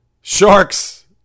sharks